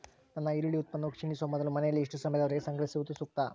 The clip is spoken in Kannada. ನನ್ನ ಈರುಳ್ಳಿ ಉತ್ಪನ್ನವು ಕ್ಷೇಣಿಸುವ ಮೊದಲು ಮನೆಯಲ್ಲಿ ಎಷ್ಟು ಸಮಯದವರೆಗೆ ಸಂಗ್ರಹಿಸುವುದು ಸೂಕ್ತ?